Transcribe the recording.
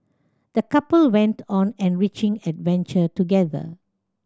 the couple went on an enriching adventure together